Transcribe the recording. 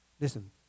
Listen